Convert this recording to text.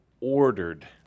ordered